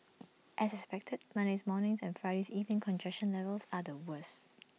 as expected Monday's morning's and Friday's evening's congestion levels are the worse